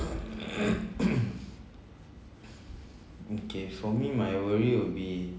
okay for me my worry will be